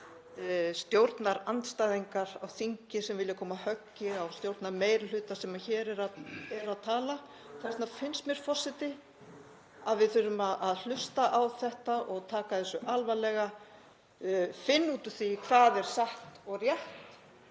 ekki bara stjórnarandstæðingar á þingi sem vilja koma höggi á stjórnarmeirihluta sem hér eru að tala. Þess vegna finnst mér, forseti, að við þurfum að hlusta á þetta og taka þetta alvarlega, finna út úr því hvað er satt og rétt